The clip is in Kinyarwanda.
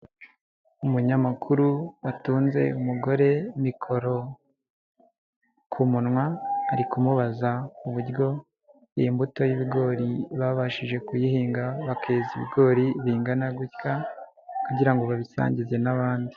Umunyamakuru watunze umugore mikoro ku munwa arimubaza uburyo iyi mbuto y'ibigori babashije kuyihinga bakeza ibigori bingana gutya kugira ngo babisangize n'abandi.